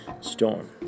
storm